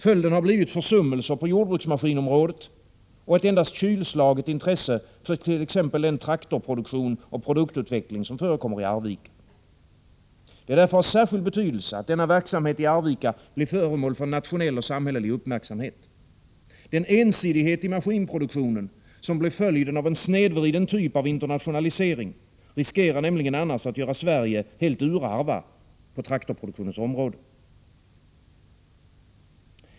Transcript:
Följden har blivit försummelser-på jordbruksmaskinområdet och ett endast kylslaget intresse för t.ex. den traktorproduktion och produktutveckling som förekommer i Arvika. Det är därför av särskild betydelse att denna verksamhet i Arvika blir föremål för nationell och samhällelig uppmärksamhet. Den ensidighet i maskinproduktionen som blir följden av en snedvriden typ av internationalisering riskerar nämligen annars att göra Sverige helt urarva på traktorproduktionens område.